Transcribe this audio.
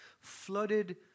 flooded